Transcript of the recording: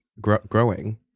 growing